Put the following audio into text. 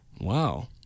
Wow